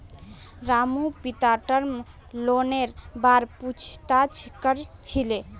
रामूर पिता टर्म लोनेर बार पूछताछ कर छिले